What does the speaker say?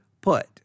Put